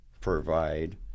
provide